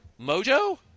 Mojo